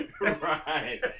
Right